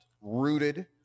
rooted